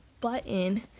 button